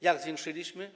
Jak zwiększyliśmy?